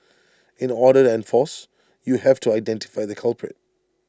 in order to enforce you have to identify the culprit